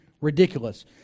ridiculous